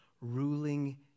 ruling